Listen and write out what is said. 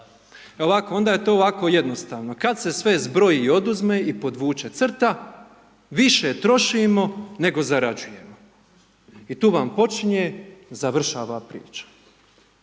E ovako onda je to jako jednostavno, kada se sve zbroji i oduzme i podvuče crta, više trošimo nego zarađujemo i tu vam počinje, završava priča.